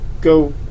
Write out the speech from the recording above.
go